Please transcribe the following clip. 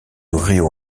río